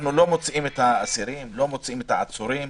אנחנו לא מוציאים את העצירים ואת האסירים,